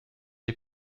est